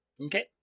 Okay